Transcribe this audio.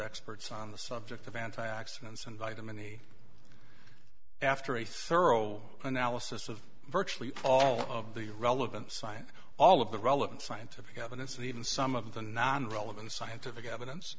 experts on the subject of anti oxidants and vitamin e after a thorough analysis of virtually all of the relevant science all of the relevant scientific evidence even some of the non relevant scientific evidence